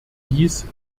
dies